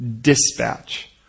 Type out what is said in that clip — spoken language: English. dispatch